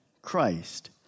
Christ